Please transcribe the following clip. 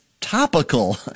topical